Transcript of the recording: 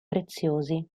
preziosi